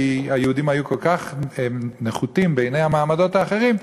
כי היהודים היו כל כך נחותים בעיני המעמדות האחרים,